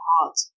heart